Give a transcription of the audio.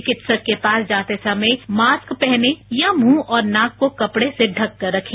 चिकित्सक के पास जाते समय मास्क पहनें या मुंह और नाक को कपड़े से ढककर रखें